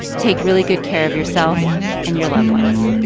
take really good care of yourself and your loved ones.